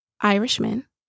Irishmen